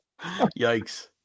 Yikes